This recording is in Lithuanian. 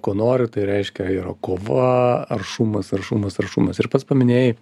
ko nori tai reiškia yra kova aršumas aršumas aršumas ir pats paminėjai